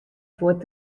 fuort